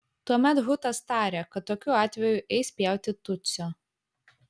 tuomet hutas tarė kad tokiu atveju eis pjauti tutsio